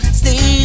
stay